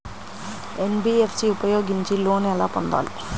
NBFC ఉపయోగించి loan ఎలా పొందాలి?